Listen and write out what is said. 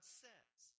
says